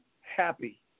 happy